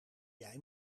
jij